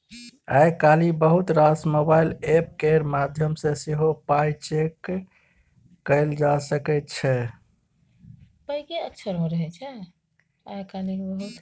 आइ काल्हि बहुत रास मोबाइल एप्प केर माध्यमसँ सेहो पाइ चैक कएल जा सकै छै